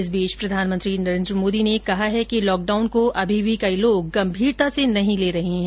इस बीच प्रधानमंत्री नरेन्द्र मोदी ने कहा है कि लॉकडाउन को अभी भी कई लोग गंभीरता से नहीं ले रहे हैं